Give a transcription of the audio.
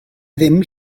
ddim